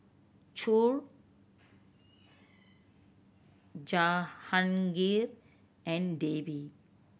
Choor Jahangir and Devi